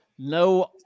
No